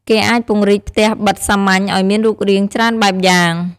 គេអាចពង្រីកផ្ទះប៉ិតសាមញ្ញឱ្យមានរូបរាងច្រើនបែបយ៉ាង។